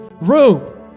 room